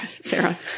Sarah